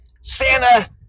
Santa